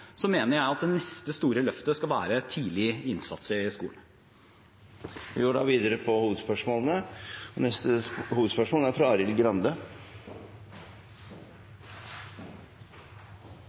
mener jeg at det neste store løftet skal være tidlig innsats i skolen. Vi går videre til neste hovedspørsmål. Mitt spørsmål går til barne- og